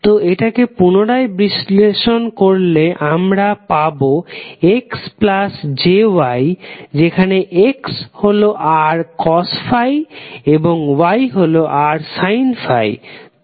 তো এটাকে পুনরায় বিশ্লেষণ করলে আমরা আবার পাবো xjy যেখানে x হলো r∅ এবং y হলো r∅